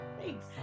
thanks